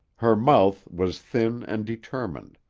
her mouth was thin and determined,